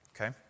Okay